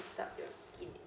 eats up your skin